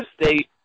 State